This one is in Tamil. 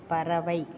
பறவை